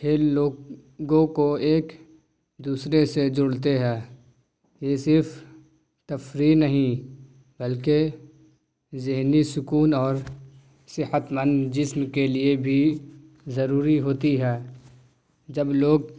کھیل لوگوں کو ایک دوسرے سے جوڑتے ہیں یہ صرف تفریح نہیں بلکہ ذہنی سکون اور صحت مند جسم کے لیے بھی ضروری ہوتی ہے جب لوگ